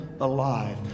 alive